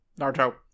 Naruto